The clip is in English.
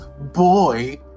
boy